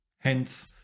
Hence